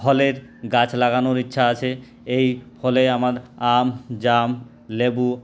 ফলের গাছ লাগানোর ইচ্ছা আছে এই ফলে আমার আম জাম লেবু